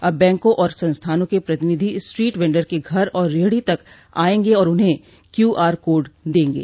अब बैंकों और संस्थानों के प्रतिनिधि स्ट्रीट वेंडर के घर आर रेहड़ी तक आयेंगे और उन्हें क्यूआर कोड देंगे